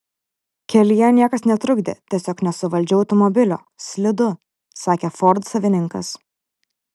kelyje niekas netrukdė tiesiog nesuvaldžiau automobilio slidu sakė ford savininkas